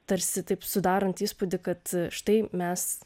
tarsi taip sudarant įspūdį kad štai mes